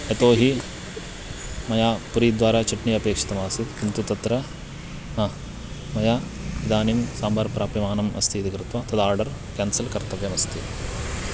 यतो हि मया पुरी द्वारा चट्नि अपेक्षितमासीत् किन्तु तत्र हा मया इदानीं साम्बार् प्राप्यमानम् अस्ति इति कृत्वा तद् आर्डर् केन्सल् कर्तव्यमस्ति